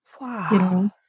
Wow